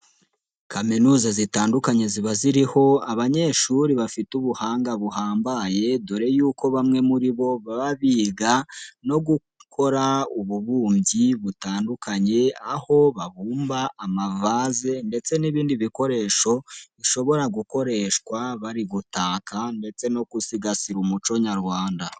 Kaminuza zitandukanye ziba ziriho abanyeshuri bafite ubuhanga buhambaye dore yuko'uko bamwe muri bo baba biga no gukora ububumbyi butandukanye, aho babumba amavase ndetse n'ibindi bikoresho bishobora gukoreshwa bari gutaka ndetse no gusigasira umuco nyarwanda.